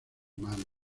mano